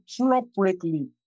appropriately